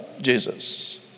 Jesus